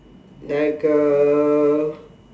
like a